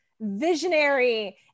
visionary